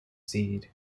seed